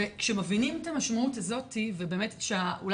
כשמבינים את המשמעות הזאת, ובאמת אולי